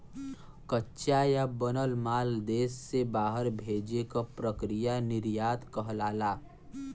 कच्चा या बनल माल देश से बहरे भेजे क प्रक्रिया निर्यात कहलाला